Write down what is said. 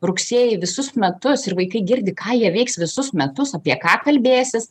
rugsėjį visus metus ir vaikai girdi ką jie veiks visus metus apie ką kalbėsis